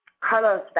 Carlos